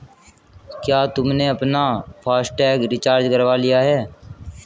क्या तुमने अपना फास्ट टैग रिचार्ज करवा लिया है?